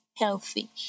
Healthy